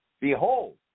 Behold